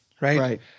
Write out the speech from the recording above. right